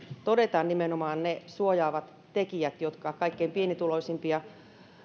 todetaan nimenomaan ne suojaavat tekijät jotka kaikkein pienituloisimpia